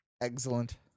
Excellent